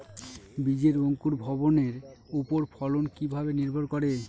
বীজের অঙ্কুর ভবনের ওপর ফলন কিভাবে নির্ভর করে?